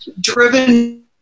driven